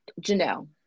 Janelle